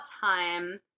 time